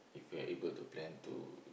if we're able to plan to